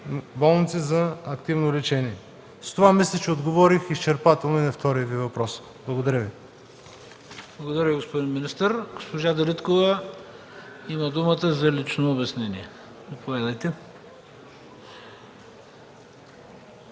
болници за активно лечение. С това мисля, че отговорих изчерпателно и на втория Ви въпрос. Благодаря Ви. ПРЕДСЕДАТЕЛ ХРИСТО БИСЕРОВ: Благодаря, господин министър. Госпожа Дариткова има думата за лично обяснение. Заповядайте.